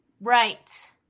Right